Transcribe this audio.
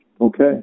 Okay